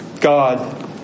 God